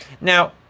Now